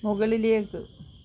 മുകളിലേക്ക്